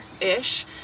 ish